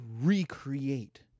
recreate